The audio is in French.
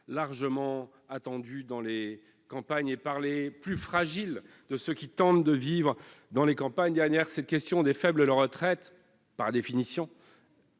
largement attendu dans les campagnes et par les plus fragiles de ceux qui tentent de vivre de la terre. Derrière la question des faibles retraites, par définition,